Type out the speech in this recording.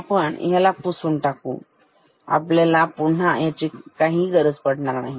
तर आपण ह्याला पुसून टाकूआपल्याला पुन्हा ह्याची गरज पडणार नाही